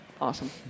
Awesome